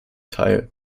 teil